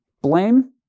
blame